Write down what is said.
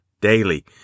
daily